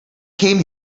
came